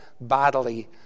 bodily